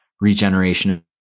regeneration